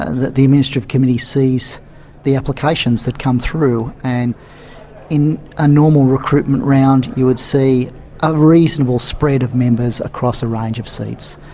and the the administrative committee sees the applications that come through, and in a normal recruitment round you would see a reasonable spread of members across a range of seats.